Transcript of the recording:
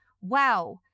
Wow